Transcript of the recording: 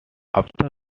after